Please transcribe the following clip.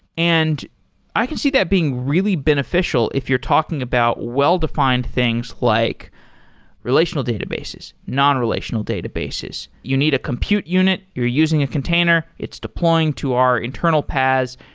and i can see that being really beneficial if you're talking about well-defined things like relational databases, non-relational databases. you need a compute unit. you're using a container. container. it's deploying to our internal paas.